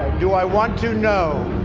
do i want to? no.